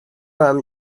form